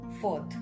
Fourth